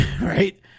right